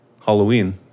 Halloween